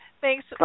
Thanks